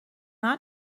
not